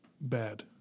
bad